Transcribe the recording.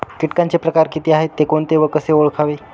किटकांचे प्रकार किती आहेत, ते कोणते व कसे ओळखावे?